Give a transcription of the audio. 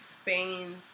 Spain